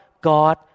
God